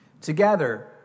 Together